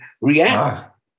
react